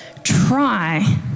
Try